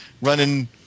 running